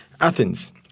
Athens